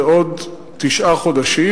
זה עוד תשעה חודשים: